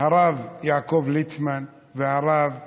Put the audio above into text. הרב יעקב ליצמן והרב אייכלר.